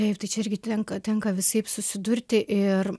taip tai čia irgi tenka tenka visaip susidurti ir